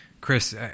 Chris